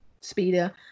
speeder